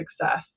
success